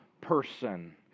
person